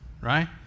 right